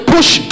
push